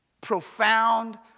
profound